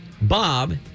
Bob